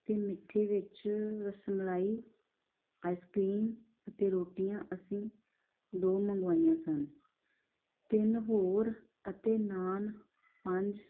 ਅਤੇ ਮਿੱਠੇ ਵਿੱਚ ਰਸ ਮਲਾਈ ਆਈਸਕ੍ਰੀਮ ਅਤੇ ਰੋਟੀਆਂ ਅਸੀਂ ਦੋ ਮੰਗਵਾਈਆਂ ਸਨ ਤਿੰਨ ਹੋਰ ਅਤੇ ਨਾਨ ਪੰਜ